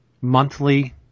monthly